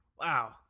Wow